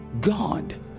god